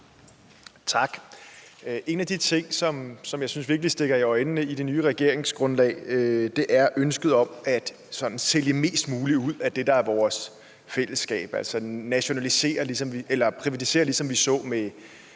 Tak. En af de ting, som jeg synes virkelig stikker i øjnene i det nye regeringsgrundlag, er ønsket om sådan at sælge mest muligt ud af det, der er vores fællesskab, altså privatisere, ligesom vi så med